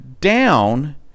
down